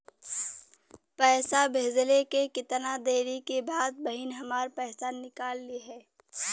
पैसा भेजले के कितना देरी के बाद बहिन हमार पैसा निकाल लिहे?